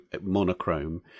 monochrome